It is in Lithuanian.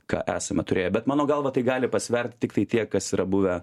ką esame turėję bet mano galva tai gali pasverti tiktai tie kas yra buvę